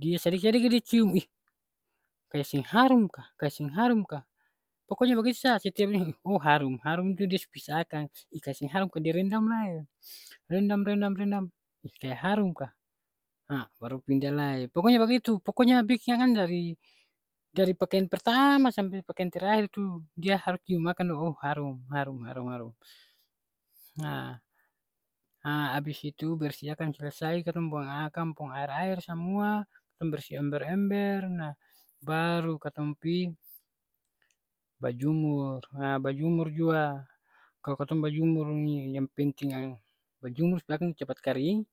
Dia sadiki sadiki dia cium ih kaya seng harum ka, kaya seng harum ka. Pokonya bagitu sa, setiap lia ih oh harum, harum tu dia su pisah akang. Ih kaya seng harum ka, dia rendam lai. Rendam rendam rendam, ih kaya harum kah, nah baru pindah lai. Pokonya bagitu, pokonya biking akang dari, dari pakean pertama sampe pakean terakhir tu dia harus cium akang do, oh harum harum harum harum. Nah ha abis itu bersih akang selesai katong buang akang pung aer-aer samua, tong bersih ember-ember, nah baru katong pi bajumur. Ha bajumur jua, kalo katong bajumur ni yang penting bajumur supaya akang cepat karing,